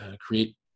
create